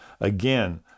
again